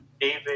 David